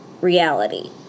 reality